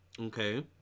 okay